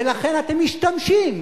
ולכן אתם משתמשים,